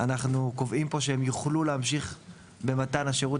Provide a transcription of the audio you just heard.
אנחנו קובעים פה שהם יוכלו להמשיך במתן שירות